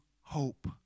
hope